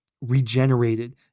regenerated